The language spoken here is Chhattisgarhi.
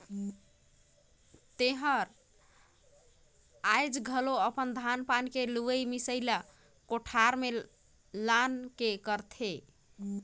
तेहर आयाज घलो अपन धान पान के लुवई मिसई ला कोठार में लान के करथे